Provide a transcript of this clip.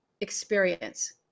experience